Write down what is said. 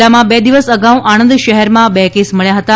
જિલ્લામાં બે દિવસ અગાઉ આણંદ શહેરમાં બે કેસ મળ્યા હતા